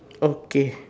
okay